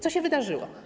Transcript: Co się wydarzyło?